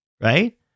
right